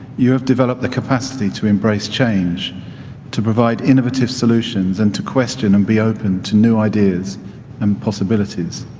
you have developed the capacity to embrace change to provide innovative solutions and to question and be open to new ideas and possibilities.